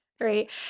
great